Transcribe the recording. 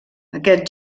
aquest